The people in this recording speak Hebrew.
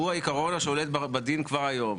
הוא העקרון השולט בדין כבר היום.